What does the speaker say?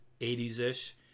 80s-ish